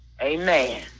Amen